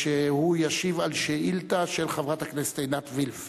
והוא ישיב על שאילתא של חברת הכנסת עינת וילף